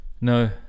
No